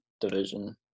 division